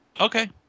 okay